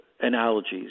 analogies